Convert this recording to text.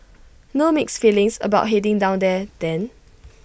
no mixed feelings about heading down there then